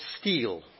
steal